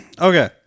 Okay